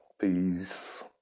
Peace